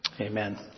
Amen